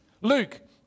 Luke